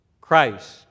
Christ